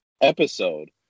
episode